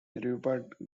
rupert